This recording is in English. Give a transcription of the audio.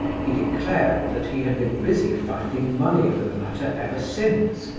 he declared that he had been busy finding money for the latter ever since,